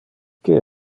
que